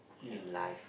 in life